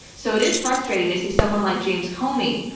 so it is frustrating to see someone like james comey,